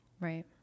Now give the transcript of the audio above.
Right